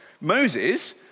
Moses